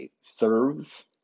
serves